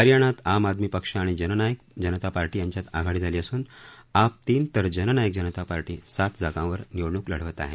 हरयाणात आम आदमी पक्ष आणि जननायक जनता पार्टी यांच्यात आघाडी झाली असून आप तीन तर जननायक जनता पार्टी सात जागांवर निवडणूक लढवत आहे